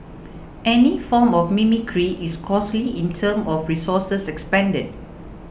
any form of mimicry is costly in terms of resources expended